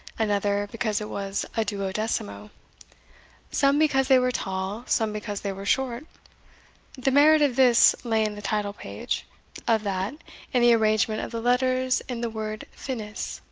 another because it was a duodecimo some because they were tall, some because they were short the merit of this lay in the title-page of that in the arrangement of the letters in the word finis.